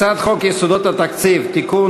הצעת חוק יסודות התקציב (תיקון,